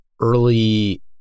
early